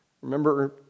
Remember